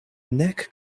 nek